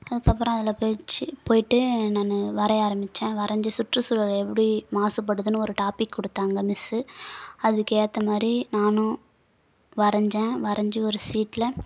அதுக்கப்புறம் அதில் போயிச்சி போயிட்டு நான் வரைய ஆரம்மிச்சேன் வரைஞ்சி சுற்றுச்சூழல் எப்படி மாசுபடுதுன்னு ஒரு டாபிக் கொடுத்தாங்க மிஸ்ஸு அதுக்கு ஏற்ற மாதிரி நானும் வரைஞ்சேன் வரைஞ்சி ஒரு சீட்டில்